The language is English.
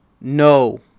No